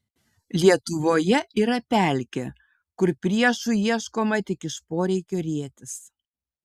lietuvoje yra pelkė kur priešų ieškoma tik iš poreikio rietis